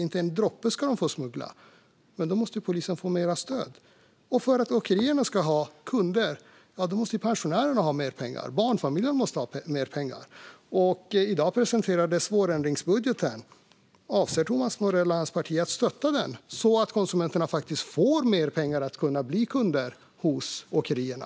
De ska inte få smuggla en droppe. Men då måste polisen få mer stöd. För att åkerierna ska ha kunder måste pensionärerna och barnfamiljerna ha mer pengar. I dag presenterades vårändringsbudgeten. Avser Thomas Morell och hans parti att stötta den så att konsumenterna får mer pengar och kan bli kunder hos åkerierna?